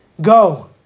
Go